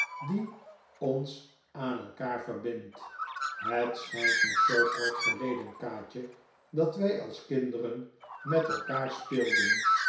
die ons aan elkaar verbindt het schijnt nog zoo kort geleden kaatje dat wij als kinderen met elkaar speelden